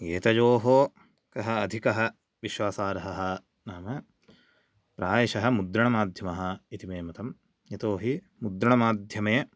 एतयो क अधिक विश्वासार्ह नाम प्रायश मुद्रणमाध्य इति मे मतं यतो हि मुद्रणमाध्यमे